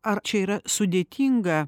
ar čia yra sudėtinga